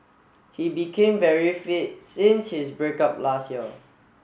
he became very fit since his break up last year